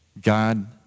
God